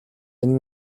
энэ